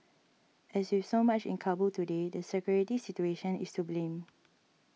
as with so much in Kabul today the security situation is to blame